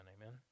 Amen